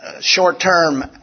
Short-term